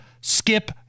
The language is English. skip